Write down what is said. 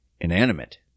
inanimate